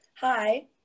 Hi